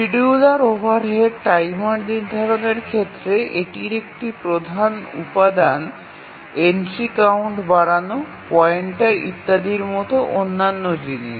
scheduler overhead timer নির্ধারণের ক্ষেত্রে এটির একটি প্রধান উপাদান এন্ট্রি কাউন্ট বাড়ানো পয়েন্টার ইত্যাদির মতো অন্যান্য জিনিস